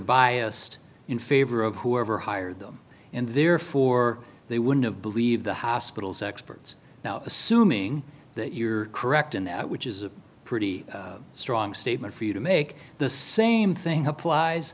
biased in favor of whoever hired them and therefore they wouldn't have believed the hospital's experts now assuming you're correct in that which is a pretty strong statement for you to make the same thing applies